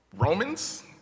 Romans